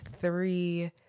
three